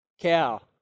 Cow